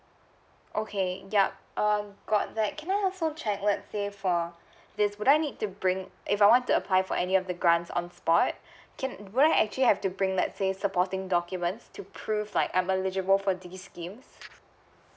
okay yup um got that can I also check let's say for this would I need to bring if I want to apply for any of the grants on spot can do I actually have to bring that say supporting documents to prove like I'm eligible for these schemes